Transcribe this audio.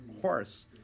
horse